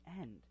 end